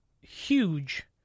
huge